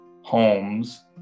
homes